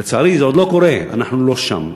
ולצערי, זה עוד לא קורה, אנחנו לא שם.